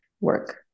work